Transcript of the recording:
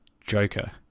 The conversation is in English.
Joker